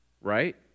right